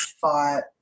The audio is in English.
fought